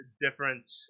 different